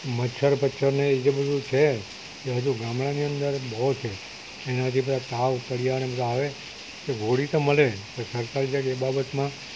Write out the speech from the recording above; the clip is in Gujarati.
મચ્છર બચ્છરને જે બધું છે તે હજુ ગામડાની અંદર બહુ છે એનાથી બધા તાવ તળિયાને બાધા આવે કે ગોળી તો મલે છે પણ સરકારે જરાક એ બાબતમાં